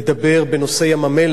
ים-המלח,